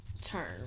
term